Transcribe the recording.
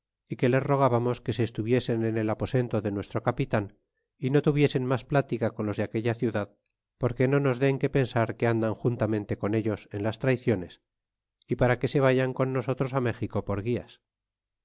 y que les rogábamos que se estuviesen en el aposento de nuestro capitan é no tuviesen mas plática con los de aquella ciudad porque no nos den que pensar que andan juntamente con ellos en las traiciones y para que se vayan con nosotros á méxico por gulas